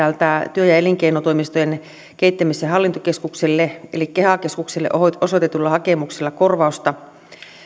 työ ja elinkeinotoimistojen kehittämis ja ja hallintokeskukselle eli keha keskukselle osoitetulla hakemuksella korvausta